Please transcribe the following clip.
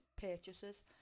purchases